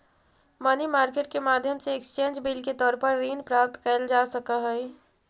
money market के माध्यम से एक्सचेंज बिल के तौर पर ऋण प्राप्त कैल जा सकऽ हई